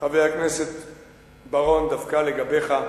חבר הכנסת בר-און, דווקא לגביך,